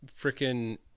freaking